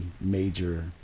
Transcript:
major